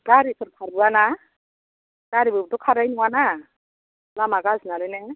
गारिफोर खारबोया ना गारिबाबोथ' खारनाय नङा ना लामा गाज्रि नालाय ने